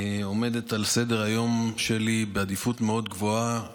עומדים על סדר-היום שלי בעדיפות מאוד גבוהה